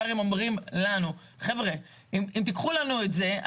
הערים אומרים לנו: אם תיקחו לנו את זה,